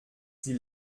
sie